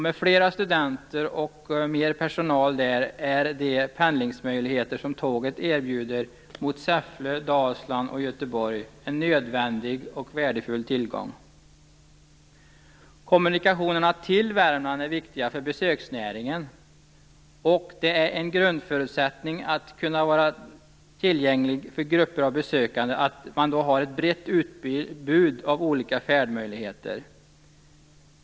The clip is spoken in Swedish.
Med fler studenter och mera personal där är de pendlingsmöjligheter som tåget erbjuder på sträckan mot Säffle, Dalsland och Göteborg en nödvändig och värdefull tillgång. Kommunikationerna till Värmland är viktiga för besöksnäringen. En grundförutsättning för att kunna vara tillgänglig för grupper av besökande är att det finns ett brett utbud av olika färdmöjligheter.